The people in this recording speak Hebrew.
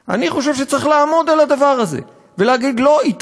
חברות פרטיות שמה שמעניין אותן זה רק הרווחים שלהן.